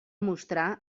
mostrar